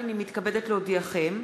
הנני מתכבדת להודיעכם,